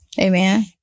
Amen